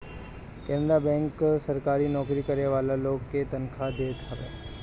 Canara bank सरकारी नोकरी करे वाला लोग के तनखा देत बिया